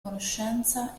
conoscenza